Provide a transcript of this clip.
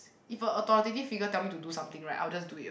if a authoritative figure tell me to do something right I will just do it